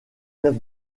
neuf